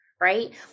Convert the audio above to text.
right